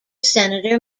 senator